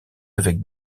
avec